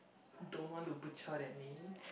don't want to butcher that name